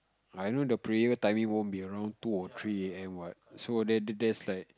I know the prayer timing won't be around two or three a_m what so that that that's like